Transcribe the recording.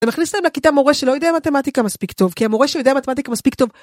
זה מכניס להם לכיתה מורה שלא יודע מתמטיקה מספיק טוב, כי המורה שיודע מתמטיקה מספיק טוב